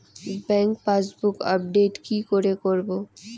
Bank passbook update কি করে করবো?